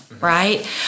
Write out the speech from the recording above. Right